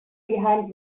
behind